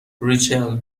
ریچل